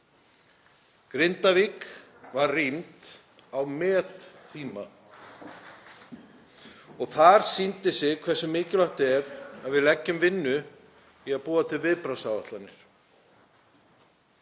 Grindavík var rýmd á mettíma og þar sýndi sig hversu mikilvægt það er að við leggjum vinnu í að búa til viðbragðsáætlanir.